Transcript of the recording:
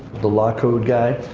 the law code guy.